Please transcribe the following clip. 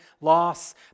loss